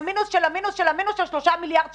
מהמינוס של המינוס של המינוס של שלושה מיליארד שקלים.